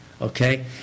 Okay